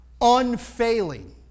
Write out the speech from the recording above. unfailing